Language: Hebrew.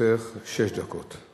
לרשותך שש דקות.